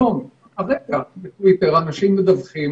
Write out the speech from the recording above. היום, הרגע, בטוויטר אנשים מדווחים